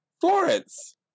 Florence